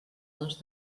dos